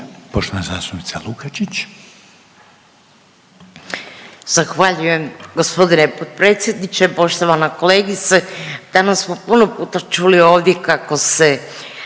Poštovana zastupnica Lukačić.